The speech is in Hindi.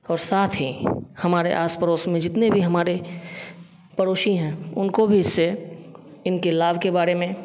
और साथ ही हमारे आस पड़ोस में जितने भी हमारे पड़ोसी हैं उनको भी इससे इनके लाभ के बारे में